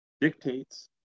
dictates